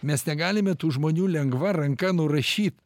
mes negalime tų žmonių lengva ranka nurašyt